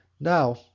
Now